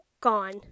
gone